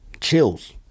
chills